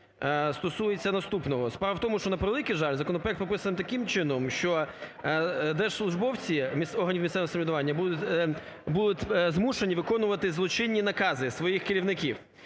стосується наступного. Справа в тому, що, на превеликий жаль, законопроект прописано таким чином, що держслужбовці органів місцевого самоврядування будуть змушені виконувати злочинні накази своїх керівників.